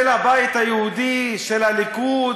של הבית היהודי, של הליכוד,